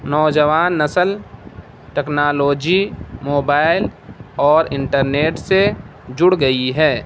نوجوان نسل technology mobile اور انٹرنیٹ سے جڑ گئی ہے